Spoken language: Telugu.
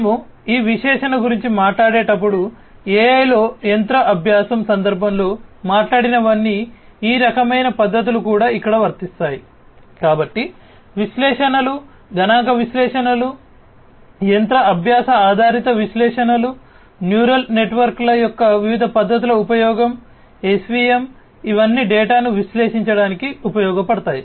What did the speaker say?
మేము ఈ విశ్లేషణ గురించి మాట్లాడేటప్పుడు AI లో యంత్ర అభ్యాసం యొక్క వివిధ పద్ధతుల ఉపయోగం SVM ఇవన్నీ డేటాను విశ్లేషించడానికి ఉపయోగపడతాయి